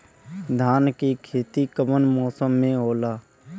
धान के खेती कवन मौसम में होला?